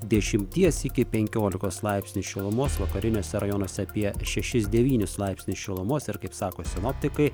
dešimties iki penkiolikos laipsnių šilumos vakariniuose rajonuose apie šešis devynis laipsnius šilumos ir kaip sako sinoptikai